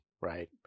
right